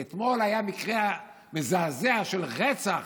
כי אתמול היה מקרה מזעזע של רצח